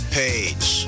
page